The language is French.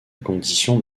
condition